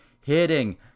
hitting